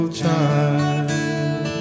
child